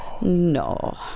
No